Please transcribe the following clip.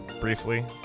briefly